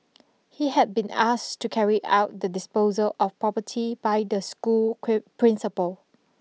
he had been asked to carry out the disposal of property by the school principal